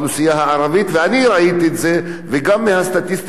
גם מהסטטיסטיקות של משרד הבריאות,